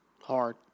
hard